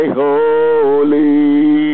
holy